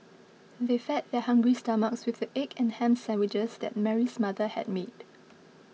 they fed their hungry stomachs with the egg and ham sandwiches that Mary's mother had made